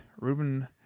Ruben